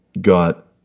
got